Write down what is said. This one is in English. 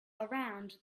around